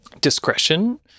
discretion